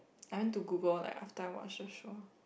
I went to Google like after I watched the show